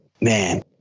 man